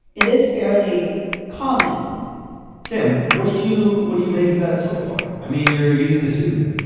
it is fairly common tim, what do you what do you make of that so far? i mean, you're using a pseudonym